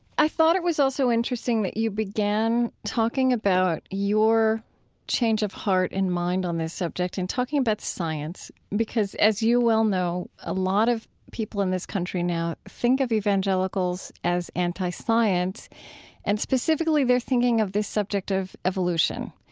i thought it was also interesting that you began talking about your change of heart and mind on this subject in talking about science because, as you well know, a lot of people in this country now think of evangelicals as anti-science and, specifically, they're thinking about this subject of evolution.